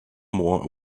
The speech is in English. more